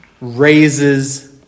raises